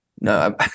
No